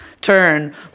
turn